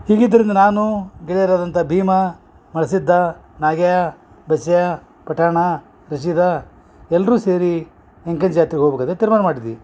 ಹೀಗಿದ್ದರಿಂದ ನಾನು ಗೆಳೆಯರಾದಂಥ ಭೀಮ ನರ್ಸಿದ್ಧ ನಾಗ್ಯಾ ಬಸ್ಯಾ ಪಟಾಣಾ ರಸಿದಾ ಎಲ್ಲರೂ ಸೇರಿ ಎಂಕನ ಜಾತ್ರೆಗ ಹೋಗಬೇಕಂತ ತಿರ್ಮಾನ ಮಾಡಿದ್ವಿ